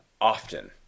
often